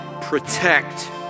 protect